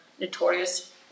Notorious